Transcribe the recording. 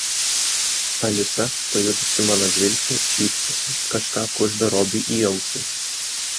alisa pajutusi mano žvilgsnį šypsosi kažką kužda robiui į ausį